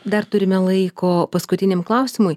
dar turime laiko paskutiniam klausimui